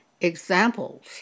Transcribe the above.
examples